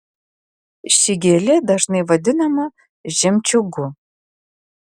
ši gėlė dažnai vadinama žemčiūgu